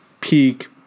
peak